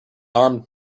armed